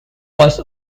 was